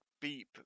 beep